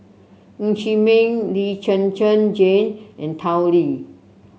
Ng Chee Meng Lee Zhen Zhen Jane and Tao Li